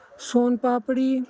ਸੋਨ ਪਾਪੜੀ